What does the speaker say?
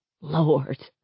Lord